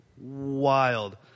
wild